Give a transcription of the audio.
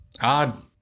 odd